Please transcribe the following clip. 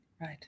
right